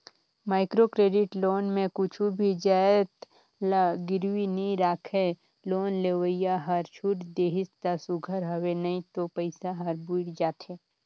micro credit loan में कुछु भी जाएत ल गिरवी नी राखय लोन लेवइया हर छूट देहिस ता सुग्घर हवे नई तो पइसा हर बुइड़ जाथे